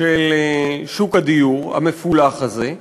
של שוק הדיור המפולח הזה,